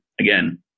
again